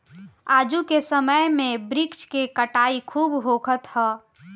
आजू के समय में वृक्ष के कटाई खूब होखत हअ